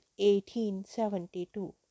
1872